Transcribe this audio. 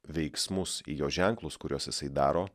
veiksmus į jo ženklus kuriuos jisai daro